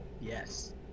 yes